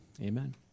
Amen